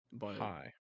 High